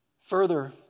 Further